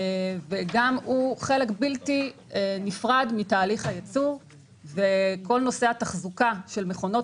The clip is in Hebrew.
וגם הוא חלק בלתי נפרד מתהליך הייצור וכל נושא התחזוקה של מכונות